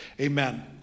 amen